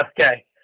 Okay